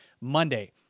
Monday